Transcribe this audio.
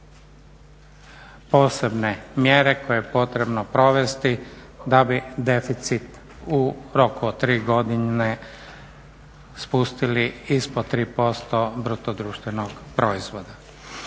posebne mjere koje je potrebno provesti da bi deficit u roku od tri godine spustili ispod 3% brutodruštvenog proizvoda.